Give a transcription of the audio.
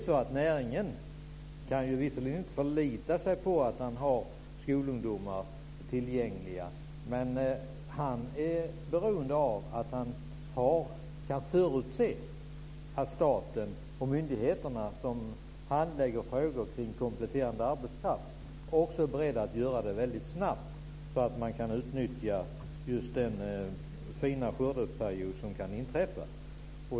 Näringsidkaren kan visserligen inte förlita sig på att han har skolungdomar tillgängliga, men han är beroende av att han kan förutse att staten och de myndigheter som handlägger frågor kring kompletterande arbetskraft också är beredda att göra det väldigt snabbt så att man kan utnyttja den fina skördeperiod som kan inträffa.